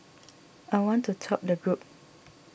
I want to top the group